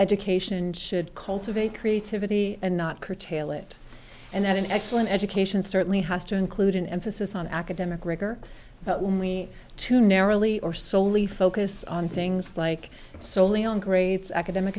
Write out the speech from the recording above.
education should cultivate creativity and not curtail it and that an excellent education certainly has to include an emphasis on academic rigor but only too narrowly or solely focus on things like soley on grades academic